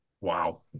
wow